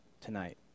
Tonight